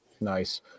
Nice